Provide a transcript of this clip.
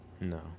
No